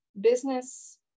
business